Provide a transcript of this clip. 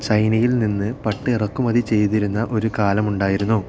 ചൈനയിൽ നിന്ന് പട്ട് ഇറക്കുമതി ചെയ്തിരുന്ന ഒരു കാലമുണ്ടായിരുന്നു